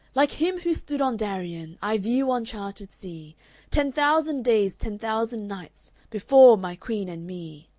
like him who stood on darien i view uncharted sea ten thousand days, ten thousand nights before my queen and me.